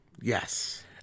Yes